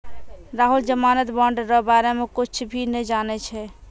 राहुल जमानत बॉन्ड रो बारे मे कुच्छ भी नै जानै छै